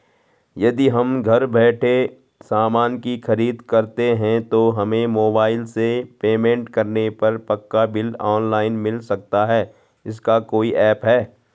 यदि हम घर बैठे सामान की खरीद करते हैं तो हमें मोबाइल से पेमेंट करने पर पक्का बिल ऑनलाइन मिल सकता है इसका कोई ऐप है